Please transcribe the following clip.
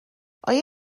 آیا